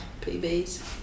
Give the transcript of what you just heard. PBs